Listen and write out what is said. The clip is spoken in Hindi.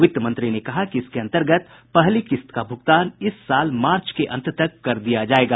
वित्त मंत्री ने कहा कि इसके अंतर्गत पहली किस्त का भुगतान इस साल मार्च के अंत तक कर दिया जायेगा